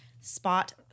spot